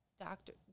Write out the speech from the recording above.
doctor